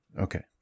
Okay